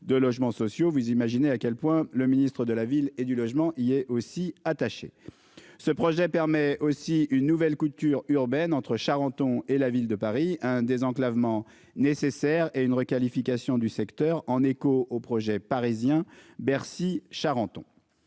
de logements sociaux vous imaginer à quel point le ministre de la ville et du logement. Il est aussi attaché. Ce projet permet aussi une nouvelle couture urbaine entre Charenton et la ville de Paris un désenclavement nécessaires et une requalification du secteur en écho au projet parisien Bercy Charenton.